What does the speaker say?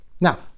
Now